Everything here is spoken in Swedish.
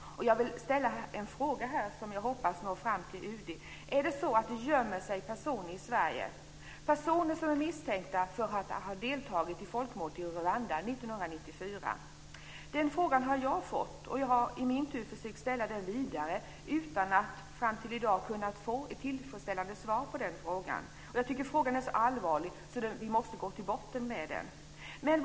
Jag vill ställa en fråga, som jag hoppas når fram till UD. Gömmer sig personer i Sverige misstänkta för att deltagit i folkmordet i Rwanda 1994? Den frågan har jag fått, och jag har sedan försökt att ställa frågan vidare utan att fram till i dag ha kunnat få ett tillfredsställande svar. Frågan är så allvarlig att vi måste gå till botten med den.